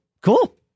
Cool